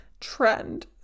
Trend